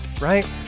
right